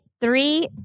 Three